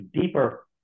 deeper